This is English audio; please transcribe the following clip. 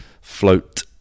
float